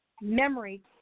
memory